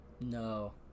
No